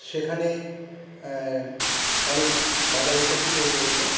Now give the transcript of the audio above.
সেখানে অনেক বাধা বিপত্তি তৈরি হয়েছে